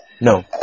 No